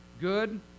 Good